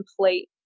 complete